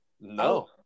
No